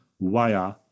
via